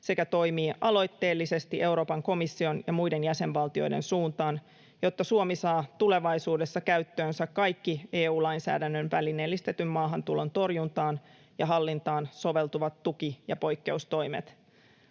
sekä toimii aloitteellisesti Euroopan komission ja muiden jäsenvaltioiden suuntaan, jotta Suomi saa tulevaisuudessa käyttöönsä kaikki EU-lainsäädännön välineellistetyn maahantulon torjuntaan ja hallintaan soveltuvat tuki- ja poikkeustoimet”.